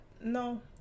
No